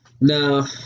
No